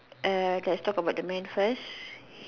err let's talk about the man first